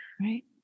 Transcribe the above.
Right